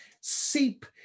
seep